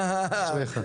אשריך.